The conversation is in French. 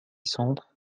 centre